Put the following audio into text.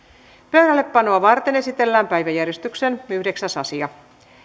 pöydällepanoa varten esitellään päiväjärjestyksen yhdeksäs asia